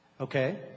Okay